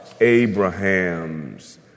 Abraham's